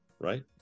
right